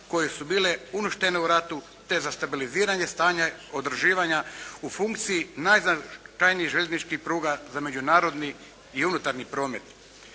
koje su bile uništene u ratu te u stabiliziranje stanja i održavanja u funkciji najznačajnijih željezničkih pruga za međunarodni i unutarnji promet.